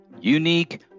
Unique